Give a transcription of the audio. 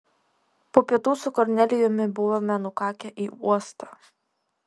po pietų su kornelijumi buvome nukakę į uostą